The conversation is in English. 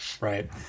Right